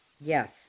Yes